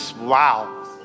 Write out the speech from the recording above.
wow